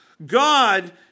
God